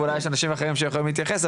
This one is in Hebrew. ואולי יש אנשים אחרים שיכולים להתייחס.